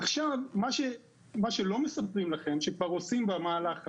עכשיו מה שלא מספרים לכם שכבר עושים במהלך הזה,